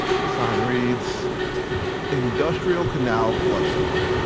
the sign reads industrial canal flood wall.